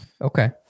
Okay